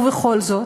ובכל זאת,